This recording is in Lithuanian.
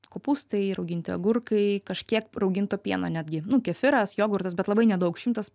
kopūstai ir rauginti agurkai kažkiek rauginto pieno netgi nu kefyras jogurtas bet labai nedaug šimtas